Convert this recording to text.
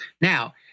Now